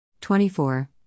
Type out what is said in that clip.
24